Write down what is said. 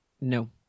No